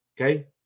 Okay